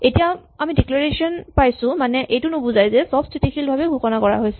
এতিয়া আমি ডিক্লেৰেচন পাইছো মানে এইটো নুবুজাই যে চব স্হিতিশীলভাৱে ঘোষণা কৰা হৈছে